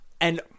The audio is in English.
And-